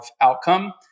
outcome